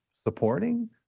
supporting